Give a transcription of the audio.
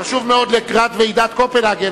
הרכב ועדת המינויים),